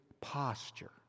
posture